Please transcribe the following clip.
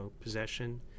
possession